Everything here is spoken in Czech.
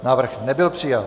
Návrh nebyl přijat.